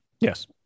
Yes